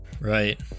Right